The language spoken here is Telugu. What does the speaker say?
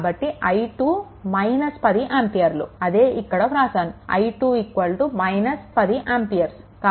కాబట్టి i2 10 ఆంపియర్లు అదే ఇక్కడ వ్రాసాను i2 10 ఆంపియర్లు